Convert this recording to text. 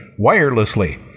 wirelessly